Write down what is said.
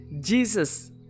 Jesus